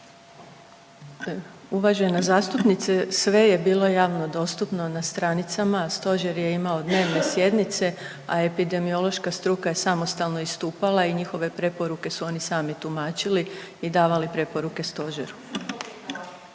Uvažena zastupnice, sve je bilo javno dostupno na stranicama, stožer je imao dnevne sjednice, a epidemiološka struka je samostalno istupala i njihove preporuke su oni sami tumačili i davali preporuke stožeru.